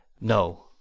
no